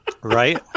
Right